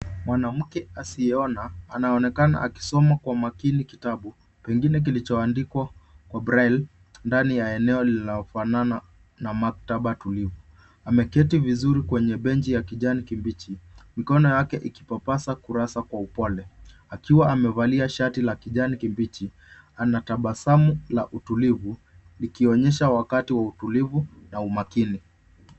Mwanamke asiyeona anaonekana akisoma Kwa makini kitabu, pengine kilichoandikwa Kwa braile ndani ya eneo lililofanana na maktaba tulivu. Ameketi vizuri kwenye bench ya kijani kibichi, mikono yake ikipapasa kurasa Kwa upole. Akiwa amevalia shati la kijani kibichi ana tabasamu la utulivu, likionyesha wakati wa utulivu na umakini.